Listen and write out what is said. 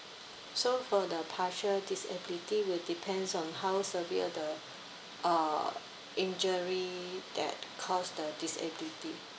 so for the partial disability will depends on how severe the uh injury that cause the disability